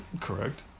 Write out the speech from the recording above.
Correct